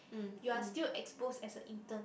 you're still exposed as a intern